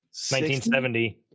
1970